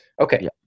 Okay